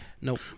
Nope